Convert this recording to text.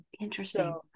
interesting